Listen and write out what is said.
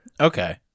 Okay